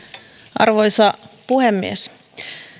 arvoisa puhemies